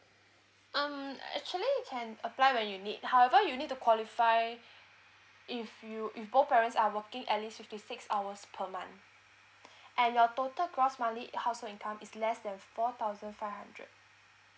um actually you can apply when you need however you need to qualify if you if both parents are working at least fifty six hours per month and your total gross monthly household income is less than four thousand five hundred